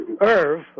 Irv